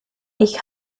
ich